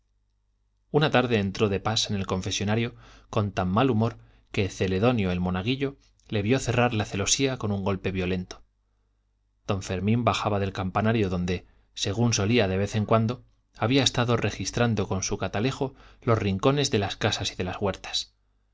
una tarde entró de pas en el confesonario con tan mal humor que celedonio el monaguillo le vio cerrar la celosía con un golpe violento don fermín bajaba del campanario donde según solía de vez en cuando había estado registrando con su catalejo los rincones de las casas y de las huertas